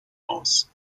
aus